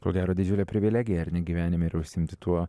ko gero didžiulė privilegija ar ne gyvenime yra užsiimti tuo